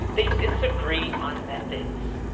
they disagree on methods.